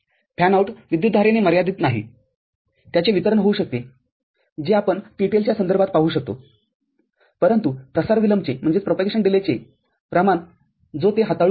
फॅनआऊटविद्युतधारेने मर्यादित नाही त्याचे वितरण होऊ शकते जे आपण TTL च्या संदर्भात पाहू शकतोपरंतु प्रसार विलंबचे प्रमाण जो ते हाताळू शकतो